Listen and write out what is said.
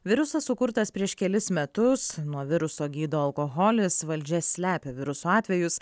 virusas sukurtas prieš kelis metus nuo viruso gydo alkoholis valdžia slepia viruso atvejus